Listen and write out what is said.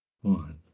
one